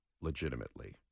legitimately